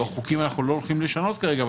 חוקים אנחנו לא הולכים לשנות כרגע,